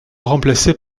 remplacé